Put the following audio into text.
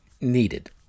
needed